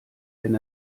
wenn